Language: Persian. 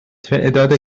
تعداد